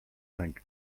cinq